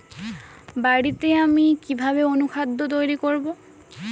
বাড়িতে আমি কিভাবে অনুখাদ্য তৈরি করব?